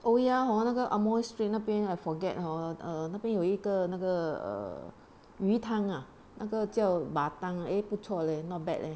oh ya hor 那个 amoy street 那边 I forget hor err 那边有一个那个 err 鱼汤啊那个叫 batang eh 不错 leh not bad leh